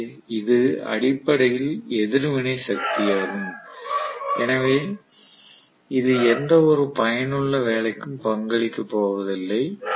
எனவே இது அடிப்படையில் எதிர்வினை சக்தியாகும் எனவே இது எந்தவொரு பயனுள்ள வேலைக்கும் பங்களிக்க போவதில்லை